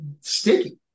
sticky